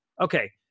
Okay